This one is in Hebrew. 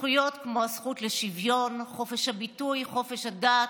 זכויות כמו הזכות לשוויון, חופש הביטוי, חופש הדת,